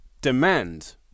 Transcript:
demand